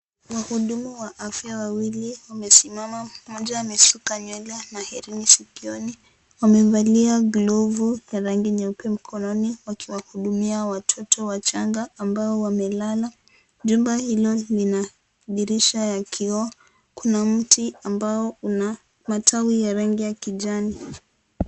Wahudumu wa afya wawili wamesimama, mmoja amesuka nywele na herini sikioni. Wamevalia glovu ya rangi nyeupe mikononi wakiwahudumia watoto wachanga ambao wamelala. Chumba hilo lina dirisha ya kioo. Kuna mti ambao una matawi ya rangi ya kijani.